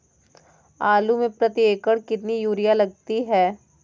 आलू में प्रति एकण कितनी यूरिया लगती है?